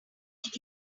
did